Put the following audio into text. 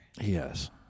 Yes